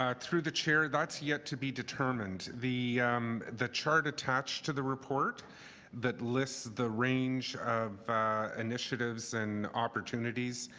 um through the chair, that's yet to be determined. the um the charter attached to the report that lists the range of initiatives and opportunities,